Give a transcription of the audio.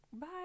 bye